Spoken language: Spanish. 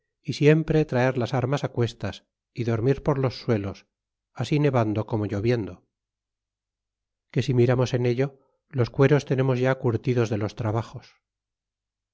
y siempre traer las armas cuestas y dormir por los suelos así nevando como lloviendo que si miramos en ello los cueros tenemos ya curtidos de los trabajos